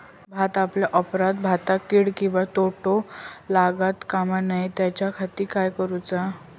भात कापल्या ऑप्रात भाताक कीड किंवा तोको लगता काम नाय त्याच्या खाती काय करुचा?